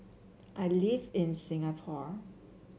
I live in Singapore